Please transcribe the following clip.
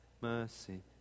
mercy